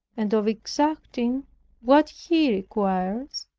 and of exacting what he requires,